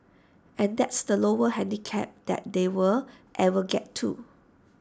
and that's the lowest handicap that they'll ever get to